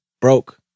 broke